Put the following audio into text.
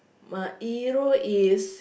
my hero is